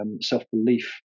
self-belief